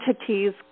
entities